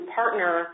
partner